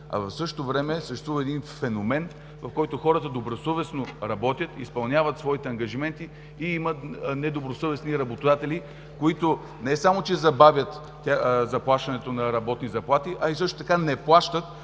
а в същото време съществува един феномен, в който хората добросъвестно работят, изпълняват своите ангажименти и имат недобросъвестни работодатели, които не само, че забавят заплащането на работни заплати, а също така не плащат